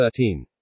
13